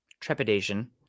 trepidation